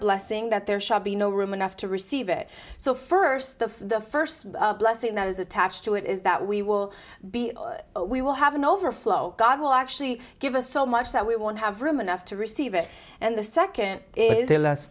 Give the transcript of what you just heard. blessing that there shall be no room enough to receive it so first of the first blessing that is attached to it is that we will be we will have an overflow god will actually give us so much that we won't have room enough to receive it and the second is